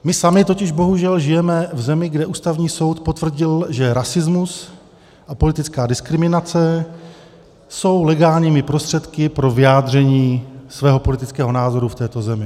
My sami totiž bohužel žijeme v zemi, kde Ústavní soud potvrdil, že rasismus a politická diskriminace jsou legálními prostředky pro vyjádření svého politického názoru v této zemi.